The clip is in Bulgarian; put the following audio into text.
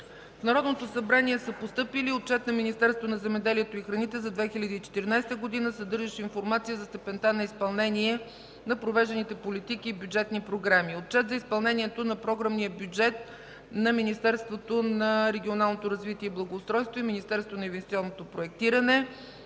В Народното събрание са постъпили: Отчет на Министерството на земеделието и храните за 2014 г., съдържащ информация за степента на изпълнение на проведените политики и бюджетни програми. Отчет за изпълнението на програмния бюджет на Министерството на регионалното развитие и благоустройството и Министерството на инвестиционното проектиране.